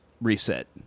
reset